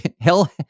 Hell